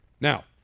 Now